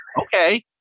Okay